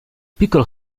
piccolo